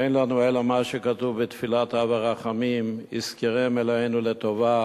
אין לנו אלא מה שכתוב בתפילת "אב הרחמים": יזכרם אלוהינו לטובה